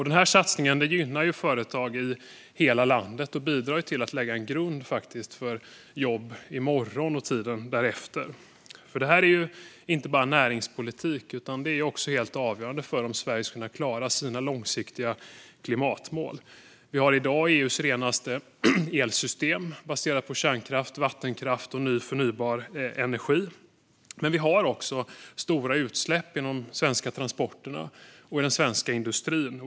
Denna satsning gynnar företag i hela landet och bidrar till att lägga en grund för jobb i morgon och tiden därefter. Det är inte bara näringspolitik utan också helt avgörande för om Sverige ska klara sina långsiktiga klimatmål. Vi har i dag EU:s renaste elsystem baserat på kärnkraft, vattenkraft och ny förnybar energi. Men vi har också stora utsläpp inom transporter och industri.